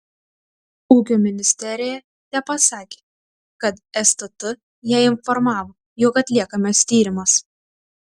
ūkio ministerija tepasakė kad stt ją informavo jog atliekamas tyrimas